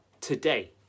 today